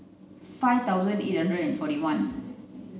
five thousand eight hundred forty one